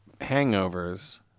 hangovers